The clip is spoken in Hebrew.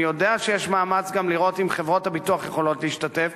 אני יודע שיש מאמץ גם לראות אם חברות הביטוח יכולות להשתתף,